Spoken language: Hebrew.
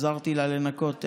עזרתי לה לנקות.